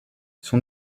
son